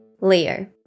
Leo